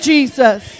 Jesus